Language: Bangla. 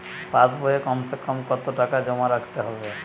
পাশ বইয়ে কমসেকম কত টাকা জমা রাখতে হবে?